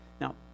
now